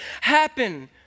happen